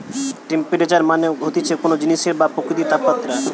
temperature মানে হতিছে কোন জিনিসের বা প্রকৃতির তাপমাত্রা